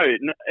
no